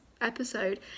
episode